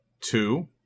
two